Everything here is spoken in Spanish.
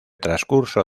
transcurso